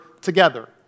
together